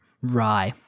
Rye